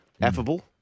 Affable